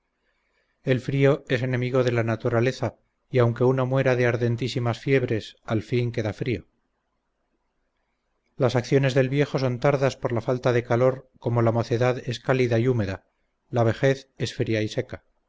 el frío es enemigo de la naturaleza y aunque uno muera de ardentísimas fiebres al fin queda frío las acciones del viejo son tardas por la falta de calor como la mocedad es cálida y húmeda la vejez es fría y seca